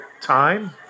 time